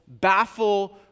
baffle